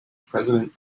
president